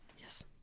Yes